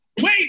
wait